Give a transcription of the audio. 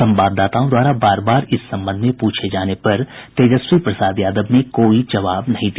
संवाददाताओं द्वारा बार बार इस संबंध में पूछे जाने पर तेजस्वी प्रसाद यादव ने कोई जवाब नहीं दिया